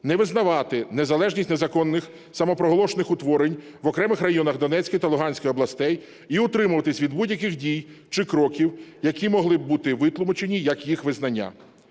не визнавати незалежність незаконних самопроголошених утворень в окремих районах Донецької та Луганської областей і утримуватись від будь-яких дій чи кроків, які могли б бути витлумачені як їх визнання.